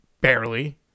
Barely